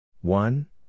one